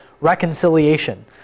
reconciliation